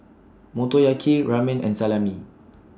Motoyaki Ramen and Salami